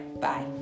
Bye